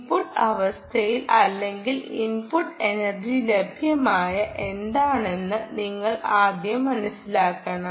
input അവസ്ഥ അല്ലെങ്കിൽ input energy ലഭ്യത എന്താണെന്ന് നിങ്ങൾ ആദ്യം മനസിലാക്കണം